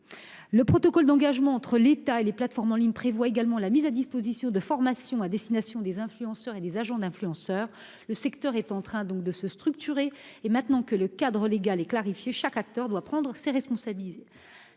Le protocole d'engagements entre l'État et les opérateurs de plateforme en ligne prévoit également la mise à disposition de formations à destination des influenceurs et des agents d'influenceurs. Le secteur est en train de se structurer et, maintenant que le cadre légal est clarifié, chaque acteur doit prendre ses responsabilités.